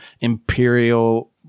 Imperial